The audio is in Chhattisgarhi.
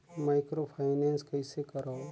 माइक्रोफाइनेंस कइसे करव?